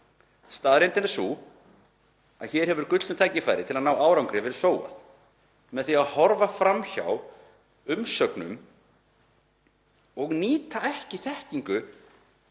Staðreyndin er sú að hér hefur gullnu tækifæri til að ná árangri verið sóað með því að horfa fram hjá umsögnum og nýta ekki þekkingu